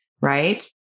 right